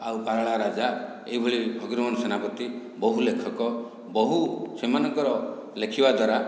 ଆଉ ପାରଳା ରାଜା ଏହିଭଳି ଫକୀର ମୋହନ ସେନାପତି ବହୁ ଲେଖକ ବହୁ ସେମାନଙ୍କର ଲେଖିବା ଦ୍ୱାରା